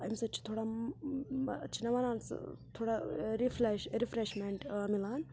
اَمہِ سۭتۍ چھِ تھوڑا چھِ نہ وَنان سُہ تھوڑا رِفلیش رِفریشمیٚنٛٹ مِلان